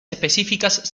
específicas